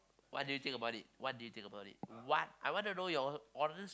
what do you think about it what do you think about it what I want to know your honest